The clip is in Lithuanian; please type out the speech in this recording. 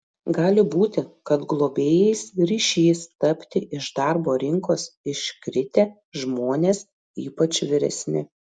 gali būti kad globėjais ryšis tapti iš darbo rinkos iškritę žmonės ypač vyresni